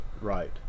right